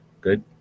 Good